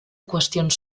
qüestions